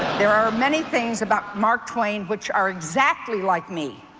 there are many things about mark twain which are exactly like me.